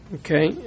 Okay